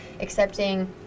accepting